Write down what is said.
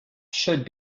should